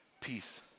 peace